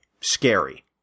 scary